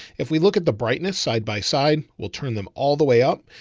if we look at the brightness, side-by-side, we'll turn them all the way up.